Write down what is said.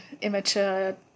immature